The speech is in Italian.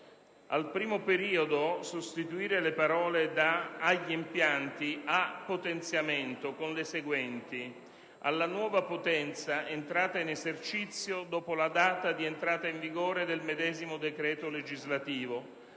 propongo di sostituire le parole da "agli impianti" fino a "potenziamento" con le seguenti: «alla nuova potenza entrata in esercizio dopo la data di entrata in vigore del medesimo decreto legislativo,